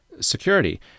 security